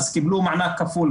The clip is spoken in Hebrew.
אז קיבלו מענק כפול,